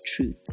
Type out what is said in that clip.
truth